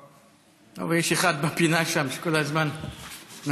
אבל יש אחד בפינה שם שכל הזמן משגיח.